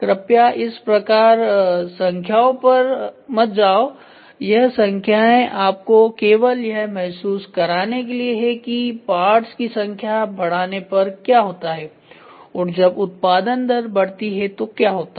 कृपया इस प्रकार संख्याओं पर मत जाओ यह संख्याएं आपको केवल यह महसूस कराने के लिए कि पार्ट्स की संख्या बढ़ने पर क्या होता है और जब उत्पादन दर बढ़ती है तो क्या होता है